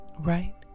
right